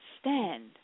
stand